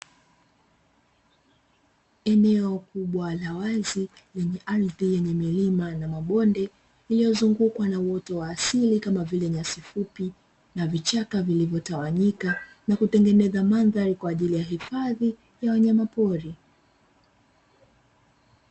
Eneo kubwa la wazi lenye ardhi yenye milima na mabonde, iliyozungukwa na uoto wa asili kama vile nyasi fupi na vichaka vilivyotawanyika na kutengeneza mandhari kwa ajili ya hifadhi ya wanyamapori.